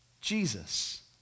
Jesus